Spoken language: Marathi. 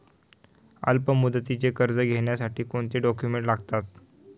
अल्पमुदतीचे कर्ज घेण्यासाठी कोणते डॉक्युमेंट्स लागतात?